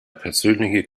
persönlichen